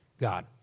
God